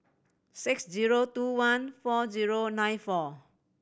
six zero two one four zero nine four